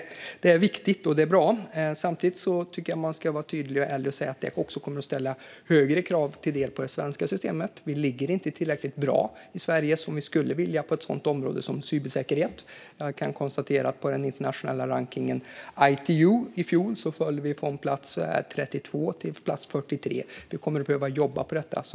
Detta är viktigt och bra. Jag tycker samtidigt att man ska vara tydlig och säga att detta till en del kommer att ställa högre krav på det svenska systemet. Vi ligger inte tillräckligt bra till i Sverige, så som vi skulle vilja på ett sådant område som cybersäkerhet. Jag kan konstatera att vi i ITU:s internationella rankning i fjol föll från plats 32 till plats 43. Vi kommer att behöva jobba med detta.